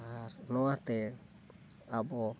ᱟᱨ ᱱᱚᱣᱟᱛᱮ ᱟᱵᱚ